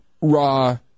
raw